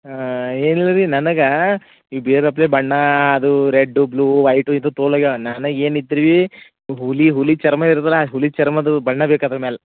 ಹಾಂ ಏನಿಲ್ಲ ರೀ ನನಗೆ ಈ ಬೇರಪ್ಲೆ ಬಣ್ಣ ಅದು ರೆಡ್ಡು ಬ್ಲೂ ವೈಟು ಇದು ತೋಲ್ ಆಗ್ಯವ ನನಗೆ ಏನಿತ್ತು ರೀ ಹುಲಿ ಹುಲಿ ಚರ್ಮ ಇರ್ದ್ರ ಹುಲಿ ಚರ್ಮದು ಬಣ್ಣ ಬೇಕು ಅದ್ರ ಮ್ಯಾಲೆ